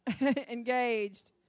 engaged